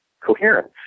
coherence